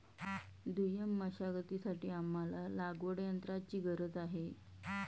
दुय्यम मशागतीसाठी आम्हाला लागवडयंत्राची गरज आहे